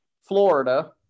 Florida